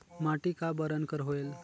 माटी का बरन कर होयल?